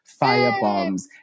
firebombs